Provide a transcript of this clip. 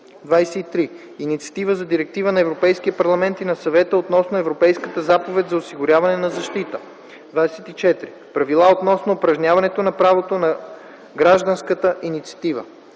23. Инициатива за Директива на Европейския парламент и на Съвета относно европейската заповед за осигуряване на защита. 24. Правила относно упражняването на правото за гражданска инициатива.